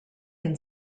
can